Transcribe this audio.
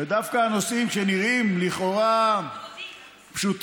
ודווקא הנושאים שנראים לכאורה פשוטים